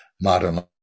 modern